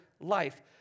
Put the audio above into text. life